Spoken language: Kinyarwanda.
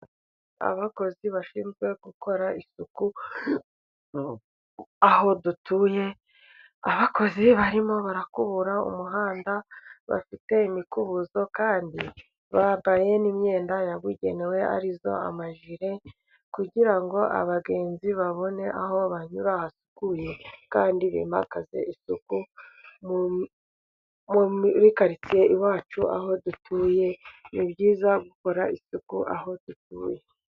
Abakozi bashinzwe gukora isuku aho dutuye, abakozi barimo barakubura umuhanda bafite imikubuzo, kandi bambaye n'imyenda yabugenewe ari yo amajire kugira ngo abagenzi babone aho banyura hasukuye kandi bimakaze isuku muri karitsiye iwacu aho dutuye. Ni byiza gukora isuku aho dutuye.